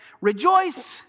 Rejoice